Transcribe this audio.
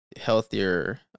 Healthier